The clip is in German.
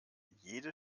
jede